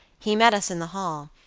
he met us in the hall,